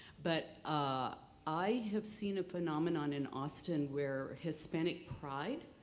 but i have seen a phenomenon in austin, where hispanic pride,